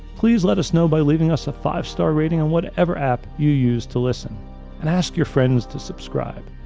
please let us know by leaving us a five-star rating on whatever app you use to listen and ask your friends to subscribe.